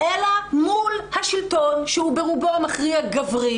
אלא מול השלטון שהוא ברובו המכריע גברי.